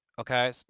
Okay